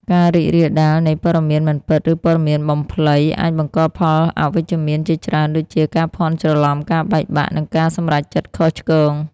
ការរីករាលដាលនៃ ព័ត៌មានមិនពិត ឬព័ត៌មានបំភ្លៃ អាចបង្កផលអវិជ្ជមានជាច្រើនដូចជា ការភ័ន្តច្រឡំ ការបែកបាក់ និងការសម្រេចចិត្តខុសឆ្គង។